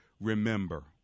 remember